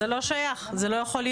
זה לא יכול להיות.